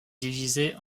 divisé